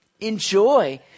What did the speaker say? Enjoy